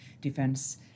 defense